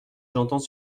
j’entends